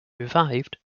revived